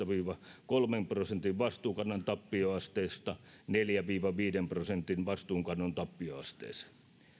viiva kolmen prosentin vastuunkannon tappioasteesta neljän viiva viiden prosentin vastuunkannon tappioasteeseen